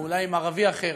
או אולי עם ערבי אחר,